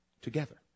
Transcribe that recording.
together